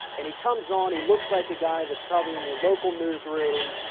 and he comes on. he looks like a guy that's probably in your local newsroom,